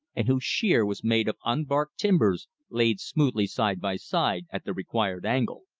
and whose sheer was made of unbarked timbers laid smoothly side by side at the required angle.